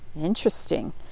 Interesting